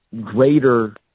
greater